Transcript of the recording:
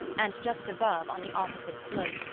and just above, on the opposite slope,